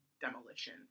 demolition